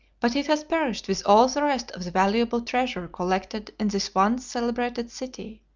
but it has perished with all the rest of the valuable treasure collected in this once celebrated city.